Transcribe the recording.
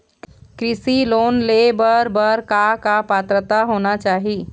कृषि लोन ले बर बर का का पात्रता होना चाही?